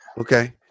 okay